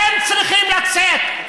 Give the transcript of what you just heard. אתם צריכים לצאת.